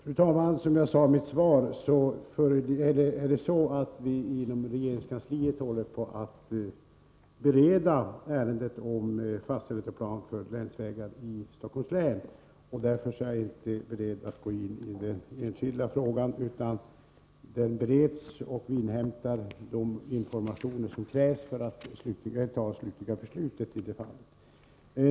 Fru talman! Som jag sade i mitt svar håller vi inom regeringskansliet på att bereda ärendet om fastställande av plan för länsvägar i Stockholms län. Jag är därför inte beredd att gå in på den enskilda frågan. Frågan bereds, och vi 83 inhämtar de informationer som krävs för att ett slutligt beslut skall kunna fattas.